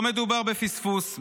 לא מדובר בפספוס,